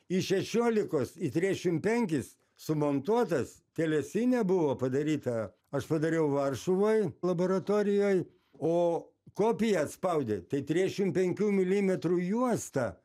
iš šešiolikos į triešim penkis sumontuotas telesinė buvo padaryta aš padariau varšuvoj laboratorijoj o kopiją atspaudė tai triešim penkių milimetrų juostą